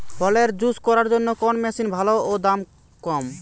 ফলের জুস করার জন্য কোন মেশিন ভালো ও দাম কম?